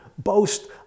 boast